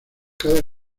cada